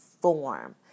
form